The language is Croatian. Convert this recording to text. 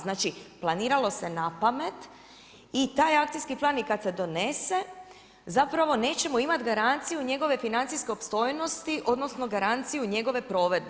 Znači, planiralo se napamet i taj akcijskih plan i kad se donese, zapravo nećemo imati garanciju, njegove financijske opstojnosti, odnosno, garanciju njegove provedbe.